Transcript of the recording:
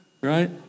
right